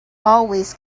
always